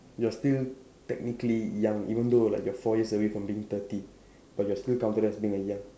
you're still technically young even though like you're four years away from being thirty but you're still counted as being a young